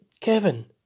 Kevin